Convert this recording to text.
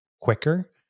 quicker